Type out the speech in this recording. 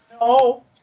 No